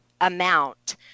amount